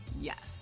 Yes